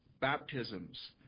baptisms